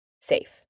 safe